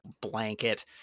blanket